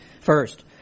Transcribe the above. First